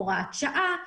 הוראת שעה,